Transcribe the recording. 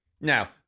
Now